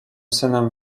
synem